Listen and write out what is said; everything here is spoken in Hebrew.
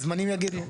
זמנים יגידו.